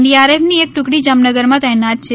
ડીઆરએફની એક ટુકડી જામનગર માં તૈનાત છે